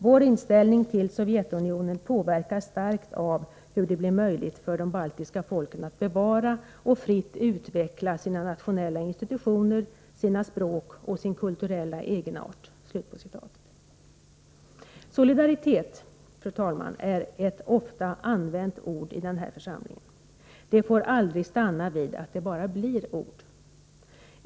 Vår inställning till Sovjetunionen påverkas starkt av hur det blir möjligt för de baltiska folken att bevara och fritt utveckla sina nationella institutioner, sina språk och sin kulturella egenart.” Solidaritet är ett ofta använt ord i denna församling. Det får dock aldrig stanna vid enbart ord.